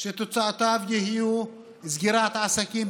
שתוצאותיו יהיו סגירת העסקים,